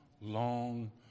long